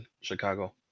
Chicago